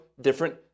different